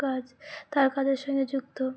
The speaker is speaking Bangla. কাজ তার কাজের সঙ্গে যুক্ত